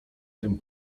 tym